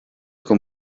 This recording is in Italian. con